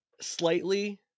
slightly